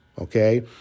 Okay